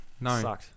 no